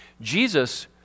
jesus